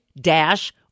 dash